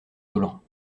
dolent